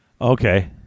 Okay